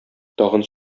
тагын